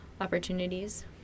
opportunities